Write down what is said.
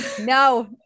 no